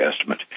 estimate